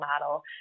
model